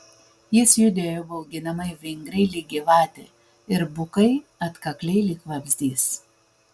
jis judėjo bauginamai vingriai lyg gyvatė ir bukai atkakliai lyg vabzdys